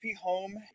Home